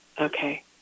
Okay